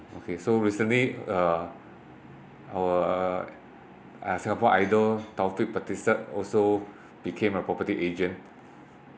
okay so recently uh our ah singapore idol taufik-batisah also became a property agent